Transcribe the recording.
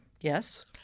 Yes